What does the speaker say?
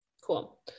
Cool